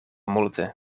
multe